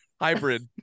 hybrid